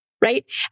right